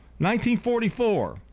1944